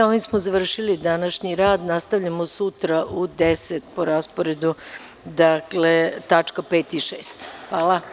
Ovim smo završili današnji rad i nastavljamo sutra u 10,00 časova, po tačkama 5. i 6. Hvala